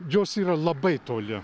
jos yra labai toli